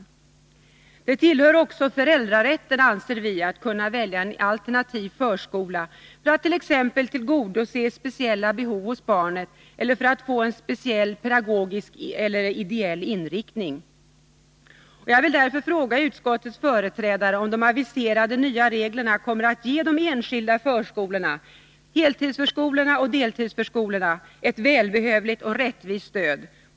Vidare anser vi att det tillhör föräldrarätten att kunna välja en alternativ förskola, för att t.ex. tillgodose speciella behov hos barnet eller för att få en speciell pedagogisk eller ideell inriktning. Jag vill därför fråga utskottets företrädare: Kommer de aviserade nya reglerna att ge de enskilda förskolorna — både heltidsförskolorna och deltidsförskolorna — ett välbehövligt och rättvist stöd?